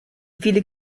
viele